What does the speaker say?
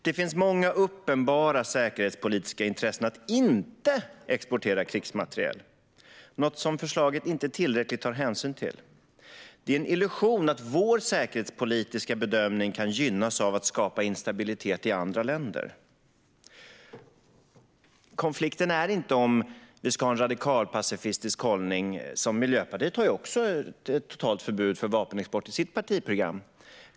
Det finns många uppenbara säkerhetspolitiska intressen att inte exportera krigsmateriel. Detta är något som förslaget inte tillräckligt tar hänsyn till. Att vår säkerhetspolitiska bedömning kan gynnas av att skapa instabilitet i andra länder är en illusion. Konflikten handlar inte om huruvida vi ska ha en radikalpacifistisk hållning. Även Miljöpartiet har ju i sitt partiprogram ett totalt förbud av vapenexport.